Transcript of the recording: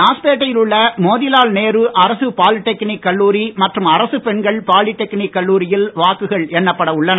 லாஸ்பேட்டையில் உள்ள மோதிலால் நேரு அரசு பாலிடெக்னிக் கல்லூரி மற்றும் அரசு பெண்கள் பாலிடெக்னிக் கல்லூரியில் வாக்குகள் எண்ணப்பட உள்ளன